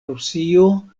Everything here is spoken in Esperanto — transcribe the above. rusio